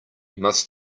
must